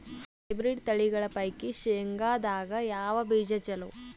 Hybrid ತಳಿಗಳ ಪೈಕಿ ಶೇಂಗದಾಗ ಯಾವ ಬೀಜ ಚಲೋ?